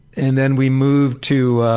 and then we moved to